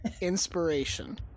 inspiration